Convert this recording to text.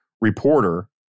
reporter